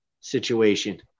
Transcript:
situation